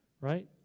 right